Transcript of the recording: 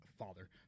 Father